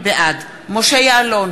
בעד משה יעלון,